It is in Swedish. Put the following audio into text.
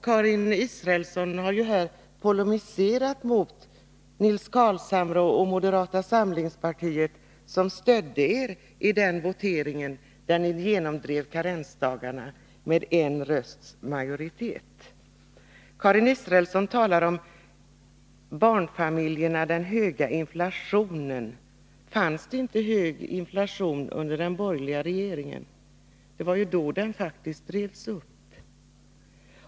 Karin Israelsson har dessutom polemiserat här mot Nils Carlshamre och moderata samlingspartiet, som stödde er i voteringen när ni genomdrev förslaget om karensdagar med en rösts majoritet. Karin Israelsson talade också om barnfamiljerna och den höga inflationen. Var det inte hög inflation under den borgerliga regeringstiden? Det var ju då den faktiskt drevs upp.